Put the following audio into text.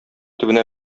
төбенә